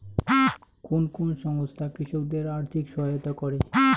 কোন কোন সংস্থা কৃষকদের আর্থিক সহায়তা করে?